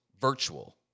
virtual